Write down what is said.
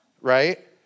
right